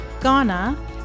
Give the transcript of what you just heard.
Ghana